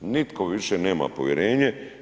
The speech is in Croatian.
Nitko više nema povjerenje.